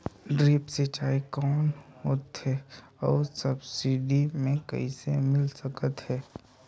Drip सिंचाई कौन होथे अउ सब्सिडी मे कइसे मिल सकत हे?